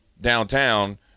downtown